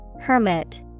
Hermit